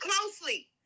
closely